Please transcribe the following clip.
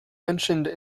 mentioned